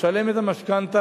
משלם את המשכנתה,